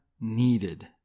needed